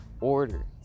order